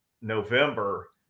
November